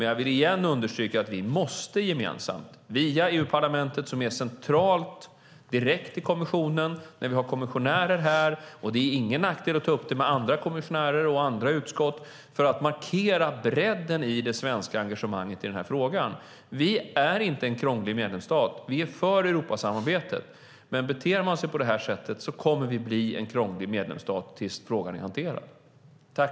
Jag vill dock åter understryka att vi måste markera bredden i det svenska engagemanget i frågan genom att gemensamt vända oss till EU-parlamentet, kommissionen och olika kommissionärer och utskott. Vi är inte en krånglig medlemsstat. Vi är för Europasamarbetet. Men beter man sig på detta sätt kommer vi att bli en krånglig medlemsstat tills frågan är hanterad.